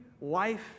life